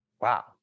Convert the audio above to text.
Wow